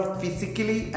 physically